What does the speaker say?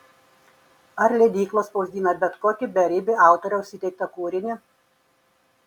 ar leidyklos spausdina bet kokį beribį autoriaus įteiktą kūrinį